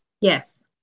Yes